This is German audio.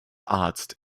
arzt